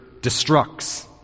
destructs